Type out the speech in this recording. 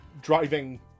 driving